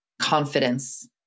confidence